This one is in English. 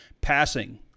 Passing